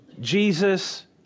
Jesus